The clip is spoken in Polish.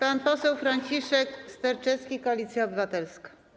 Pan poseł Franciszek Sterczewski, Koalicja Obywatelska.